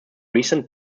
recent